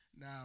Now